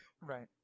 right